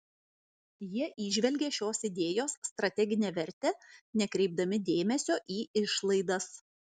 jie įžvelgė šios idėjos strateginę vertę nekreipdami dėmesio į išlaidas